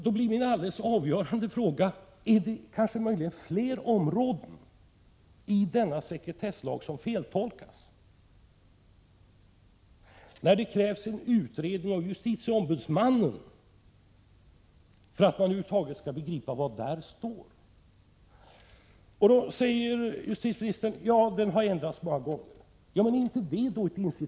Då blir min avgörande fråga: Finns det kanske fler områden i denna sekretesslag som feltolkas, eftersom det krävs en utredning av justitieombudsmannen för att man skall kunna begripa vad som över huvud taget står i lagen? Nu säger justitieministern att lagen har ändrats några gånger. Är då inte detta ett tillräckligt skäl?